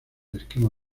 esquema